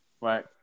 Right